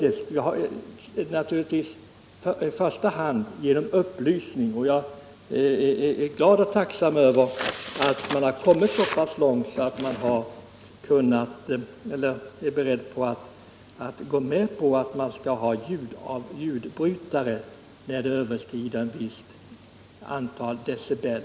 Det skall naturligtvis i första hand ske genom upplysning, och jag är glad och tacksam över att man har kommit så pass långt att man är beredd att gå med på att det skall finnas ljudbrytare, när ljudnivån överskrider ett visst antal decibel.